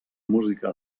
música